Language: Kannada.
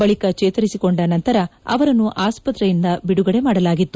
ಬಳಿಕ ಚೇತರಿಸಿಕೊಂಡ ನಂತರ ಅವರನ್ನು ಆಸ್ತ್ರೆಯಿಂದ ಬಿಡುಗಡೆ ಮಾಡಲಾಗಿತ್ತು